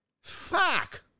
fuck